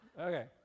Okay